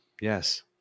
Yes